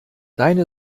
deine